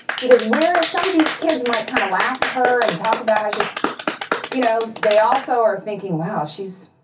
because whereas some of these kids might kind of laugh at her and talk about how much, you know they also are thinking, wow, she's